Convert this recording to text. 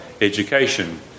education